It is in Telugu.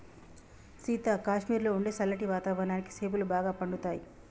సీత కాశ్మీరులో ఉండే సల్లటి వాతావరణానికి సేపులు బాగా పండుతాయి